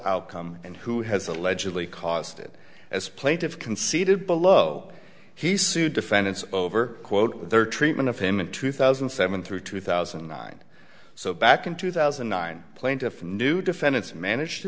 outcome and who has allegedly caused it as plaintiffs conceded below he sued defendants over quote their treatment of him in two thousand and seven through two thousand and nine so back in two thousand and nine plaintiff knew defendants manage